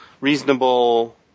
reasonable